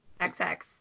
XX